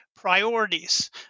priorities